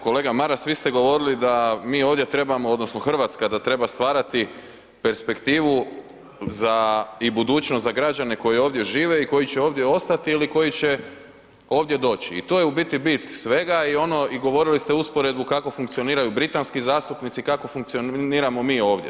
Kolega Maras, vi ste govorili da mi ovdje trebamo odnosno RH da treba stvarati perspektivu za i budućnost za građane koji ovdje žive i koji će ovdje ostat ili koji će ovdje doći i to je u biti bit svega i ono i govorili ste usporedbu kako funkcioniraju britanski zastupnici, kako funkcioniramo mi ovdje.